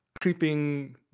creeping